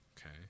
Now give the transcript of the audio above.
okay